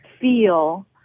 feel